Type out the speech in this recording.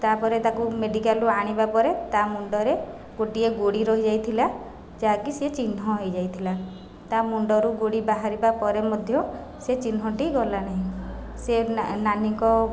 ତା'ପରେ ତାକୁ ମେଡିକାଲରୁ ଆଣିବା ପରେ ତା' ମୁଣ୍ଡରେ ଗୋଟିଏ ଗୋଡ଼ି ରହିଯାଇଥିଲା ଯାହାକି ସିଏ ଚିହ୍ନ ହୋଇଯାଇଥିଲା ତା' ମୁଣ୍ଡରୁ ଗୋଡ଼ି ବାହାରିବା ପରେ ମଧ୍ୟ ସେ ଚିହ୍ନଟି ଗଲା ନାହିଁ ସିଏ ନାନୀଙ୍କ